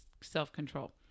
self-control